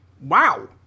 Wow